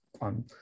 on